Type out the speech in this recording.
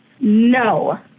no